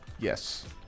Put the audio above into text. Yes